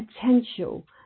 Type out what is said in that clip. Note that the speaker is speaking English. potential